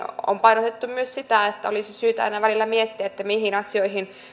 on painotettu myös sitä että olisi syytä aina välillä miettiä mihin asioihin